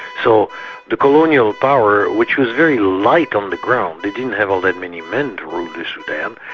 so the colonial power, which was very light on the ground, they didn't have all that many men to rule the sudan,